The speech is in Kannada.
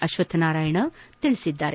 ಅಶ್ವತ್ತನಾರಾಯಣ ತಿಳಿಸಿದ್ದಾರೆ